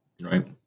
Right